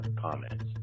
comments